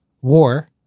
war